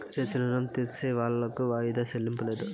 చేసిన రుణం తీర్సేవాళ్లకు వాయిదా చెల్లింపు లేదు